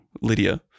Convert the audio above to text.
Lydia